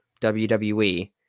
WWE